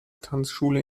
tanzschule